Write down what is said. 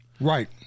Right